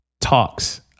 talks